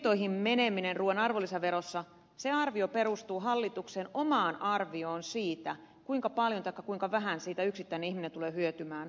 tämä arvio ruuan arvonlisäveron menemisestä hintoihin perustuu hallituksen omaan arvioon siitä kuinka paljon taikka kuinka vähän yksittäinen ihminen siitä tulee hyötymään